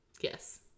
Yes